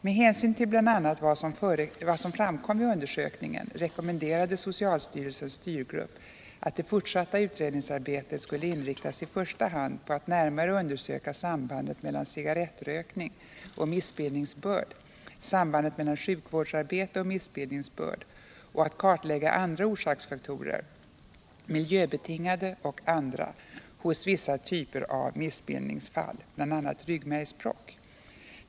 Med hänsyn till bl.a. vad som framkom vid undersökningen rekommenderade socialstyrelsens styrgrupp att det fortsatta utredningsarbetet skulle inriktas i första hand på att närmare undersöka sambandet mellan cigarrettrökning och missbildningsbörd och sambandet mellan sjukvårdsarbete och missbildningsbörd samt att kartlägga andra orsaksfaktorer — miljöbetingade och andra — hos vissa typer av missbildningsfall, bl.a. rvggmärgsbråck.